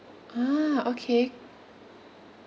ah okay